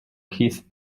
keith